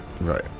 Right